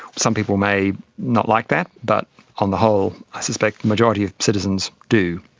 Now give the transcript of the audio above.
some people may not like that, but on the whole i suspect the majority of citizens do.